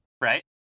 Right